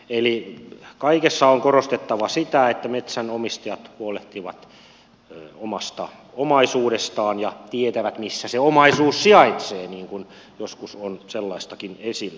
eli kaikessa on korostettava sitä että metsänomistajat huolehtivat omasta omaisuudestaan ja tietävät missä se omaisuus sijaitsee niin kuin joskus on sellaistakin esillä